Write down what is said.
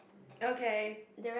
okay